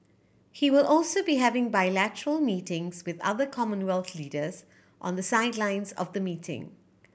he will also be having bilateral meetings with other Commonwealth leaders on the sidelines of the meeting